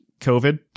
COVID